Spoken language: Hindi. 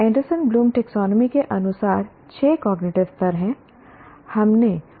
एंडरसन ब्लूम टैक्सोनॉमी के अनुसार छह कॉग्निटिव स्तर हैं